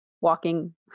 walking